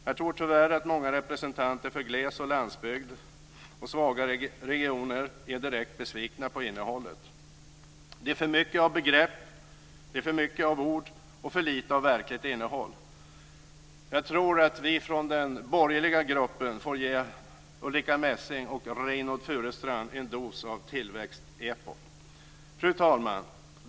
Jag tror tyvärr att många representanter för glesbygd, landsbygd och svaga regioner är direkt besvikna på innehållet. Det är för mycket av begrepp och ord och för lite av verkligt innehåll. Vi från den borgerliga gruppen får nog ge Ulrica Messing och Reynoldh Furustrand en dos av tillväxt-EPO. Fru talman!